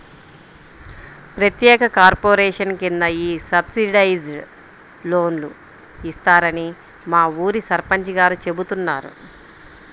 ప్రత్యేక కార్పొరేషన్ కింద ఈ సబ్సిడైజ్డ్ లోన్లు ఇస్తారని మా ఊరి సర్పంచ్ గారు చెబుతున్నారు